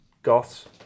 Goths